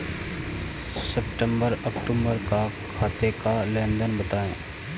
सितंबर अक्तूबर का खाते का लेनदेन बताएं